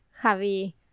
Javi